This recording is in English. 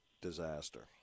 disaster